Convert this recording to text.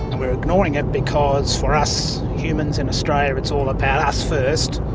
we're ignoring it because for us humans in australia it's all about us first,